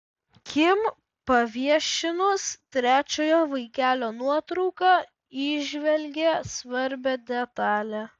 kim paviešinus trečiojo vaikelio nuotrauką įžvelgė svarbią detalę